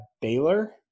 Baylor